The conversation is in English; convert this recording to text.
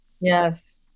Yes